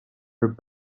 her